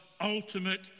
ultimate